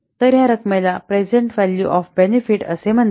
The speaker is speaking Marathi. तर तर ह्या रकमेला प्रेझेन्ट व्हॅल्यू ऑफ बेनिफिट असे म्हणतात